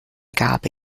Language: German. gabe